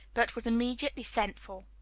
but was immediately sent for.